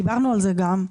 דיברנו על זה גם.